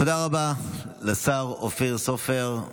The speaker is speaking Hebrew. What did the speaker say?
תודה רבה לשר אופיר סופר.